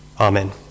Amen